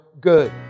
good